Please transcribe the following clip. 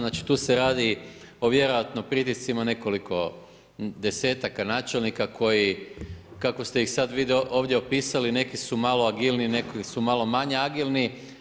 Znači tu se radi o vjerojatno pritiscima nekoliko desetaka načelnika koji kako ste ih vi sad ovdje opisali neki su malo agilniji, neki su malo manje agilni.